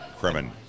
Kremen